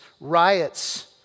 riots